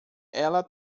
ela